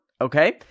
okay